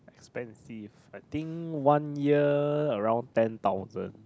expensive I think one year around ten thousand